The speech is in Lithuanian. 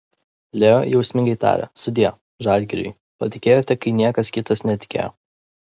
leo jausmingai tarė sudie žalgiriui patikėjote kai niekas kitas netikėjo